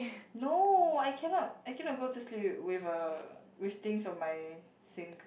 no I cannot I cannot go to sleep with with a with things on my sink